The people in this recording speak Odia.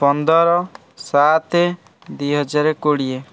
ପନ୍ଦର ସାତ ଦୁଇ ହଜାର କୋଡ଼ିଏ